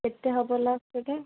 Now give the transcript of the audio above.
କେତେ ହେବ ଲାଷ୍ଟ ସେଇଟା